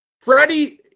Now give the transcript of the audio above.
Freddie